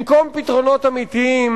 במקום פתרונות אמיתיים,